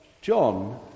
John